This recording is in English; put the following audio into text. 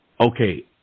Okay